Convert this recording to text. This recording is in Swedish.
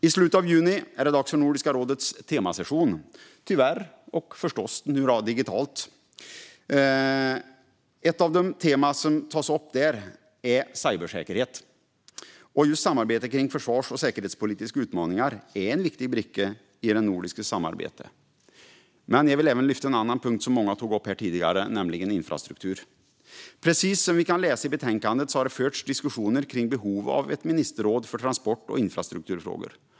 I slutet av juni är det dags för Nordiska rådets temasession. Den är tyvärr, och förstås, digital. Ett tema som ska tas upp är cybersäkerhet, och just samarbete kring försvars och säkerhetspolitiska utmaningar är en viktig bricka i det nordiska samarbetet. Men jag vill även lyfta en annan punkt, som många har tagit upp tidigare, nämligen infrastruktur. Precis som vi kan läsa i betänkandet har det förts diskussioner kring behov av ett ministerråd för transport och infrastrukturfrågor.